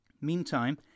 Meantime